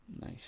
nice